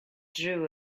drew